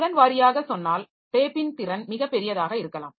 திறன் வாரியாக சொன்னால் டேப்பின் திறன் மிகப்பெரியதாக இருக்கலாம்